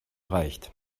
reicht